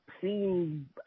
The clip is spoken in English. seen